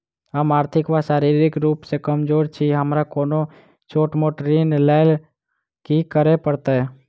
हम आर्थिक व शारीरिक रूप सँ कमजोर छी हमरा कोनों छोट मोट ऋण लैल की करै पड़तै?